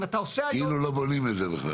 כאילו לא בונים את זה בכלל.